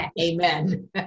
Amen